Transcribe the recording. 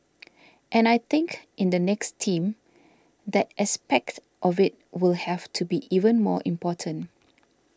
and I think in the next team that aspect of it will have to be even more important